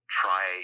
try